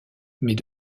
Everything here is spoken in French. mais